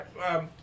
right